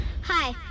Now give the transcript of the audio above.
Hi